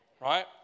right